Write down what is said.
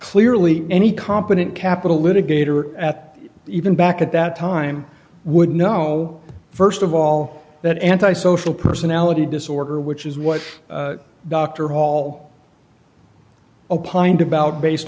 clearly any competent capital litigator at even back at that time would know st of all that anti social personality disorder which is what dr hall opined about based